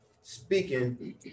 speaking